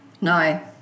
No